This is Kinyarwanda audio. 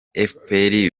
efuperi